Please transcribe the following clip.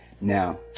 Now